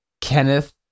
Kenneth